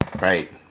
Right